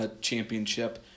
championship